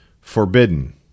forbidden